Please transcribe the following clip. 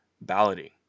balloting